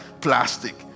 plastic